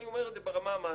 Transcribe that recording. אני אומר את זה ברמה המעשית,